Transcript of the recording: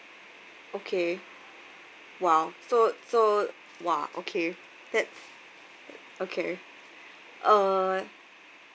okay !wow! so so !wah! okay that's okay uh